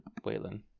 Waylon